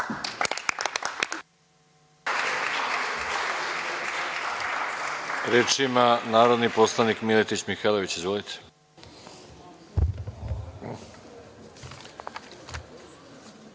Reč ima narodni poslanik Miletić Mihajlović. Izvolite.